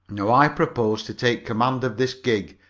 now i propose to take command of this gig,